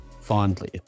fondly